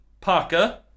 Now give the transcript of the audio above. Parker